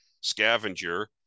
scavenger